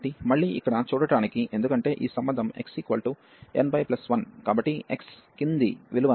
కాబట్టి మళ్ళీ ఇక్కడ చూడటానికి ఎందుకంటే ఈ సంబంధం x nπ 1 కాబట్టి x కింది విలువను nπ గా తీసుకుంటుంది కాబట్టి nπ y